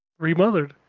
Remothered